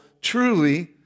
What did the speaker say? truly